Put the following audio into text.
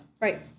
Right